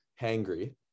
hangry